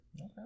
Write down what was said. Okay